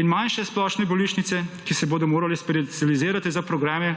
in manjše splošne bolnišnice, ki se bodo morale specializirati za programe,